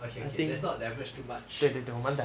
okay okay let's not diverge too much